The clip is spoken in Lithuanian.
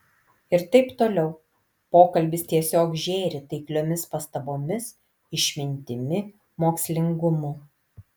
ir taip toliau pokalbis tiesiog žėri taikliomis pastabomis išmintimi mokslingumu